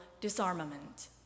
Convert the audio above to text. disarmament